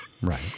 Right